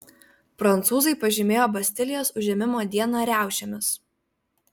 prancūzai pažymėjo bastilijos užėmimo dieną riaušėmis